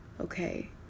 okay